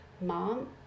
Mom